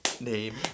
Name